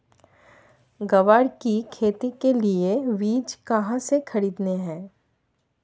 ग्वार की खेती के लिए बीज कहाँ से खरीदने हैं?